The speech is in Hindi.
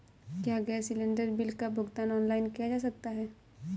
क्या गैस सिलेंडर बिल का भुगतान ऑनलाइन किया जा सकता है?